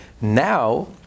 Now